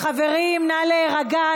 חברים, נא להירגע.